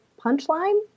punchline